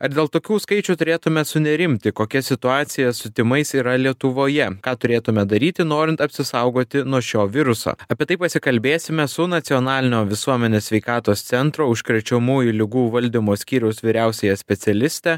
ar dėl tokių skaičių turėtume sunerimti kokia situacija su tymais yra lietuvoje ką turėtume daryti norint apsisaugoti nuo šio viruso apie tai pasikalbėsime su nacionalinio visuomenės sveikatos centro užkrečiamųjų ligų valdymo skyriaus vyriausiaja specialiste